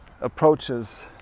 approaches